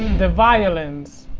the violence